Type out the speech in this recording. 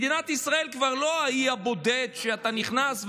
מדינת ישראל כבר לא האי הבודד שאתה נכנס,